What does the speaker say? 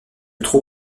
trop